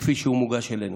וכפי שהוא מוגש אלינו.